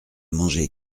mangé